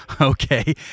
Okay